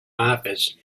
office